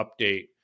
update